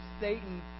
Satan